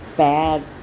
bad